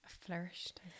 Flourished